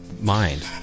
mind